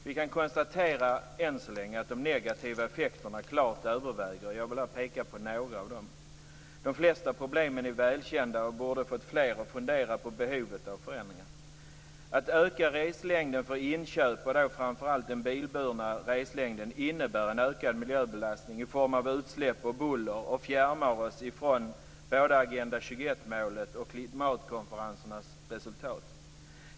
Vi kan än så länge konstatera att de negativa effekterna klart överväger. Jag vill här peka på några av dem. De flesta problemen är välkända och borde fått fler att fundera på behovet av förändringar. Att man ökar reslängden för inköp, och då framför allt den bilburna reslängden, innebär en ökad miljöbelastning i form av utsläpp och buller och fjärmar oss ifrån både Agenda 21-målet och klimatkonferensernas resultat.